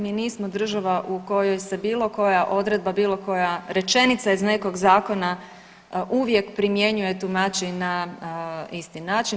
Mi nismo država u kojoj se bilo koja odredba, bilo koja rečenica iz nekog zakona uvijek primjenjuje i tumači na isti način.